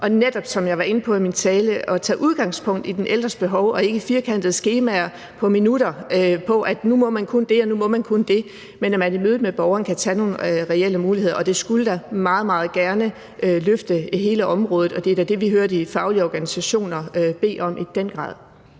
og netop, som jeg var inde på i min tale, tage udgangspunkt i de ældres behov og ikke i firkantede skemaer og antal minutter, i forhold til at nu må man kun det og det, men at man i mødet med borgeren kan give nogle reelle muligheder. Og det skulle da meget, meget gerne løfte hele området, og det er i den grad det, vi hører de faglige organisationer bede om. Kl.